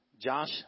Josh